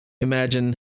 Imagine